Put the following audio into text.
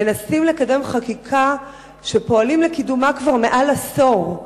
מנסים לקדם חקיקה ופועלים לקידומה כבר מעל עשור.